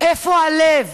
איפה הלב?